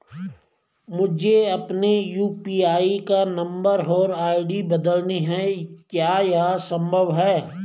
मुझे अपने यु.पी.आई का नम्बर और आई.डी बदलनी है क्या यह संभव है?